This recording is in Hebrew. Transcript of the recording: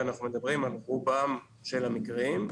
אנחנו מדברים על רובם של המקרים,